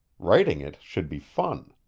writing it should be fun.